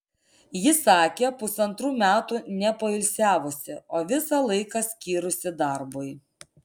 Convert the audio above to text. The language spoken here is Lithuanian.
ji sakė pusantrų metų nepoilsiavusi o visą laiką skyrusi darbui